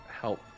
help